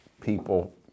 people